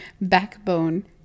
backbone